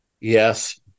Yes